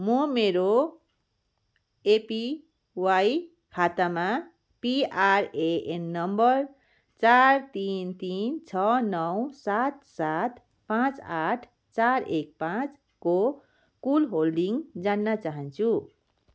म मेरो एपिवाई खातामा पिआरएएन नम्बर चार तिन तिन छ नौ सात सात पाँच आठ चार एक पाँचको कुल होल्डिङ जान्न चाहन्छु